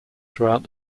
throughout